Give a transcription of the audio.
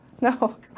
No